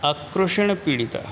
आक्रोशेन पीडिताः